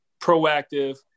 proactive